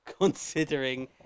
Considering